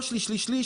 לא שליש-שליש-שליש,